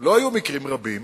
לא היו מקרים רבים